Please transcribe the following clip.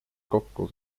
kokku